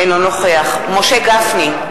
אינו נוכח משה גפני,